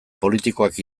politikoak